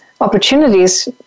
opportunities